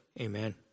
amen